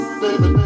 baby